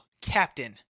Captain